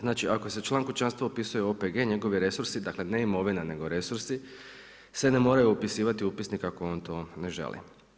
Znači, ako se član kućanstva upisuje u OPG-e njegovi resursi dakle ne imovina nego resursi se ne moraju upisivati u upisnik ako on to ne želi.